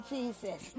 Jesus